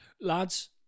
Lads